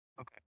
Okay